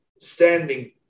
standing